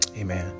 Amen